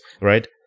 right